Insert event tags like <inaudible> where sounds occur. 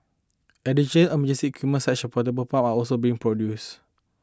additional a music can <unintelligible> portable pumps are also being procured